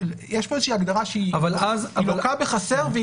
יש כאן איזושהי הגדרה שהיא לוקה בחסר.